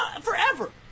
forever